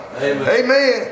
Amen